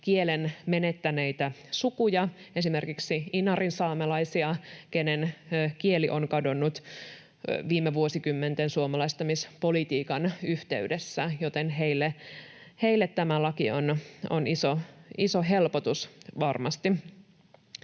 kielen menettäneitä sukuja, esimerkiksi inarinsaamelaisia, joiden kieli on kadonnut viime vuosikymmenten suomalaistamispolitiikan yhteydessä, joten heille tämä laki on varmasti iso helpotus.